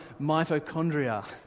mitochondria